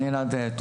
אני אלעד,